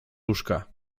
łóżka